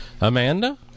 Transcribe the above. Amanda